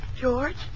George